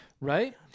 right